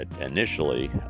initially